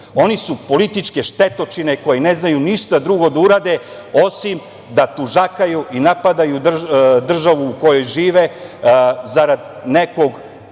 Oni su političke štetočine koje ne znaju ništa drugo da urade, osim da tužakaju i napadaju državu u kojoj žive, zarad nekog